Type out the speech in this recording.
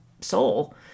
soul